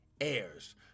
heirs